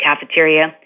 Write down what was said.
cafeteria